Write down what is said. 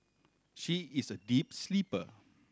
she is a deep sleeper